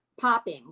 popping